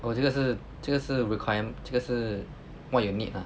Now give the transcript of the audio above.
oh 这个是这个是 require 这个是 what you need lah